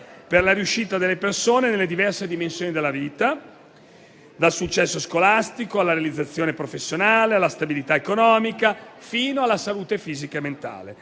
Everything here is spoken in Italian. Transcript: per la riuscita delle persone nelle diverse dimensioni della vita, dal successo scolastico alla realizzazione professionale, alla stabilità economica, fino alla salute fisica e mentale.